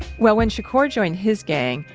well, when shakur joined his gang,